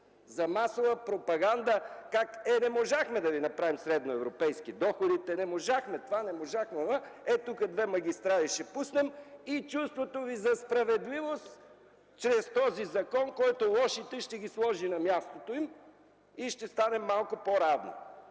за масова пропаганда: „Е, не можахме да Ви направим средноевропейски доходите, не можахме това, не можахме онова, ето тук две магистрали ще пуснем и чувството Ви за справедливост чрез този закон ще сложи лошите на мястото им и ще станем малко по-равни”.